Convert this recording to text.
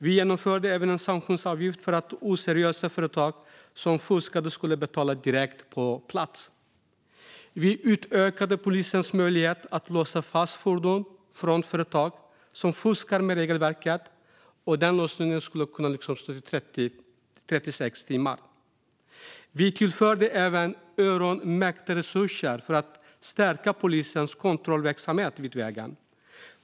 Vi införde även en sanktionsavgift för att oseriösa företag som fuskade skulle betala direkt på plats. Vi utökade polisens möjlighet att låsa fast fordon från företag som fuskade med regelverket. Låsningen skulle kunna bestå upp till 36 timmar. Vi tillförde öronmärkta resurser för att stärka polisens kontrollverksamhet vid vägen.